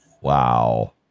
Wow